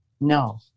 No